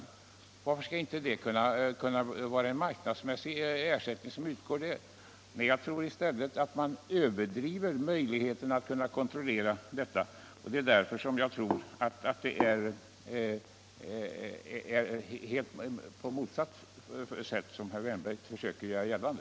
— ning Varför skall det inte kunna vara en marknadsmässig ersättning som utgår i sådana fall? Jag tror att man överdriver möjligheterna att kontrollera detta, och det är därför som jag tror att det är på motsatt sätt i förhållande till vad herr Wärnberg försöker göra gällande.